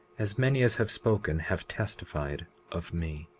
as many as have spoken, have testified of me.